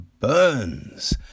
Burns